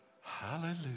hallelujah